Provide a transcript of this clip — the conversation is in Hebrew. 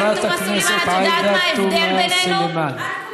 חברת הכנסת עאידה תומא סלימאן,